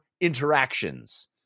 interactions